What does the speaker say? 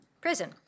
prison